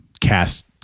cast